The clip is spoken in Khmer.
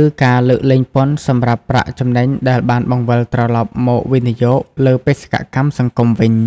ឬការលើកលែងពន្ធសម្រាប់ប្រាក់ចំណេញដែលបានបង្វិលត្រឡប់មកវិនិយោគលើបេសកកម្មសង្គមវិញ។